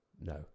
no